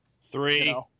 Three